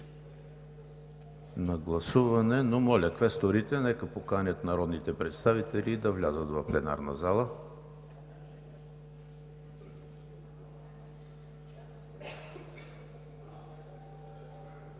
на гласуване, но моля квесторите, нека поканят народните представители да влязат в пленарната зала.